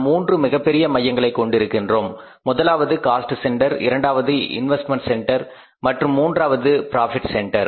நாம் மூன்று மிகப்பெரிய மையங்களை கொண்டிருக்கின்றோம் முதலாவது காஸ்ட் சென்டர் இரண்டாவது இன்வெஸ்ட்மெண்ட் சென்டர் மற்றும் மூன்றாவது பிராபிட் சென்டர்